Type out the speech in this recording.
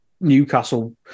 Newcastle